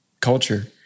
culture